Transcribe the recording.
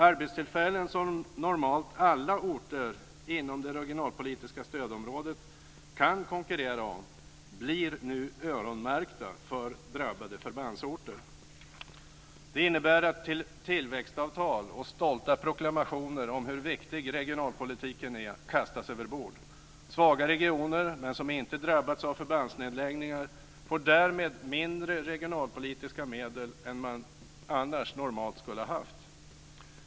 Arbetstillfällen som normalt alla orter inom det regionalpolitiska stödområdet kan konkurrera om blir nu öronmärkta för drabbade förbandsorter. Det innebär att tillväxtavtal och stolta proklamationer om hur viktig regionalpolitiken är kastas överbord. Svaga regioner, men som inte drabbats av förbandsnedläggningar, får därmed mindre regionalpolitiska medel än man annars normalt skulle ha haft.